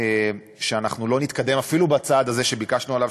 שאנחנו לא נתקדם אפילו בצעד הזה שביקשנו עליו,